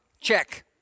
check